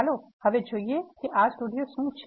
ચાલો હવે જોઈએ કે આર સ્ટુડિયો શું છે